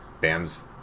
bands